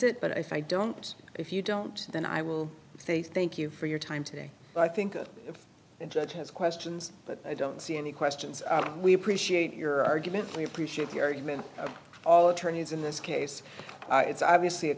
it but i don't if you don't then i will say thank you for your time today i think a judge has questions but i don't see any questions are we appreciate your argument we appreciate your argument all attorneys in this case it's obviously a